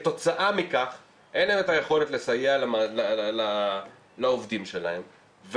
כתוצאה מכך אין להם את היכולת לסייע לעובדים שלהם,